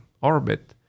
Orbit